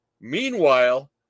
Meanwhile